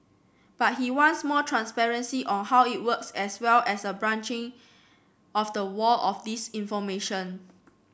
but he wants more transparency on how it works as well as a breaching of the wall of disinformation